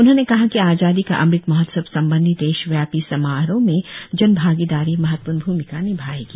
उन्होंने कहा कि आजादी का अमृत महोत्सव संबंधी देशव्यापी समारोहों में जन भागीदारी महत्वपूर्ण भूमिका निभाएगी